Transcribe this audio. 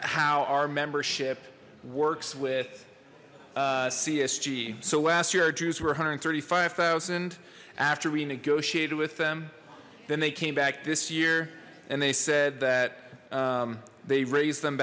how our membership works with csg so last year our jews were one hundred and thirty five thousand after we negotiated with them then they came back this year and they said that they raised them